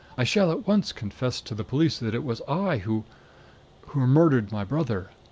i shall at once confess to the police that it was i who who murdered my brother.